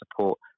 support